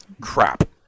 crap